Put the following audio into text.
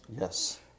Yes